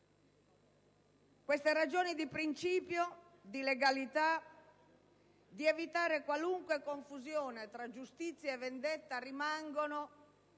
Queste ragioni di principio e di legalità, volte ad evitare qualunque confusione tra giustizia e vendetta, rimangono